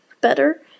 better